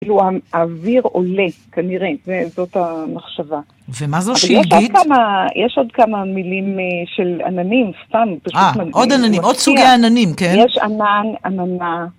כאילו, האוויר עולה, כנראה, זה... זאת המחשבה. -ומה זו שלגית? -יש עוד כמה מילים של עננים, סתם, פשוט... -אה, עוד עננים, עוד סוגי עננים, כן. -יש ענן, עננה.